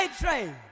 Train